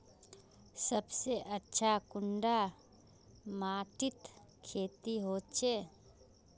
सबसे अच्छा कुंडा माटित खेती होचे?